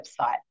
website